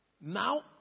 Now